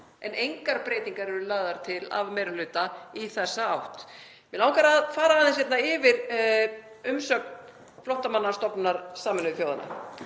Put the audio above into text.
En engar breytingar eru lagðar til af meiri hluta í þessa átt. Mig langar að fara aðeins yfir umsögn Flóttamannastofnunar Sameinuðu þjóðanna,